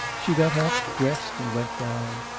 she got up, dressed, and went down.